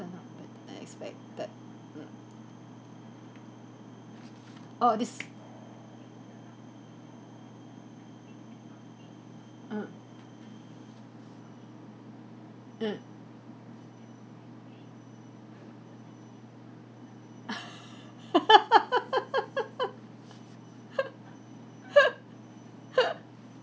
turn out better than expected mm oh this mm mm